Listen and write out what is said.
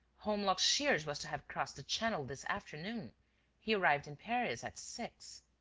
holmlock shears was to have crossed the channel this afternoon he arrived in paris at six.